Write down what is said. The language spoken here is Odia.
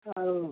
ହଉ